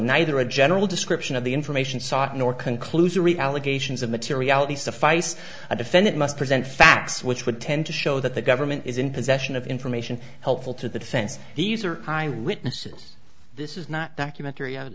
neither a general description of the information sought nor conclusory allegations of materiality suffice a defendant must present facts which would tend to show that the government is in possession of information helpful to the defense these are kind of witnesses this is not documentary